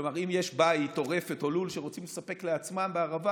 כלומר אם יש בית או רפת או לול שרוצים לספק לעצמם בערבה,